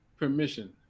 permission